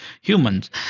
humans